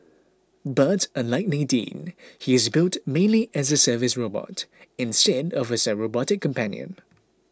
but unlike Nadine he is built mainly as a service robot instead of as a robotic companion